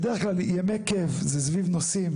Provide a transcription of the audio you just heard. בדרך כלל ימי כיף זה סביב נושאים